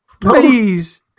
Please